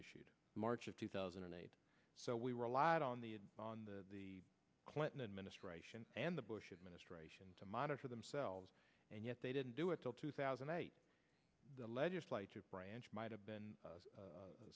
issued march of two thousand and eight so we relied on the on the clinton administration and the bush administration to monitor themselves and yet they didn't do it till two thousand and eight the legislative branch might have been